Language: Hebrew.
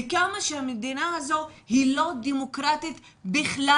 לכמה שהמדינה הזו היא לא דמוקרטית בכלל,